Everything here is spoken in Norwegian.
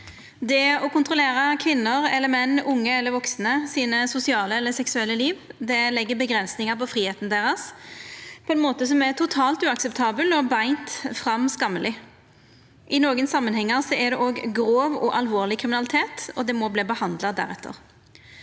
Det å kontrollera kvinner eller menn, unge eller vaksne sine sosiale eller seksuelle liv, legg avgrensingar på fridomen deira på ein måte som er totalt uakseptabel og beint fram skammeleg. I nokon samanhengar er det òg grov og alvorleg kriminalitet, og det må verta behandla deretter.